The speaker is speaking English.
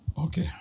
Okay